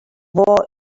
what